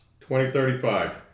2035